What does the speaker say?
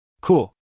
Cool